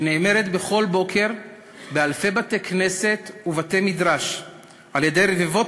שנאמרת בכל בוקר באלפי בתי-כנסת ובתי-מדרש על-ידי רבבות